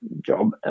job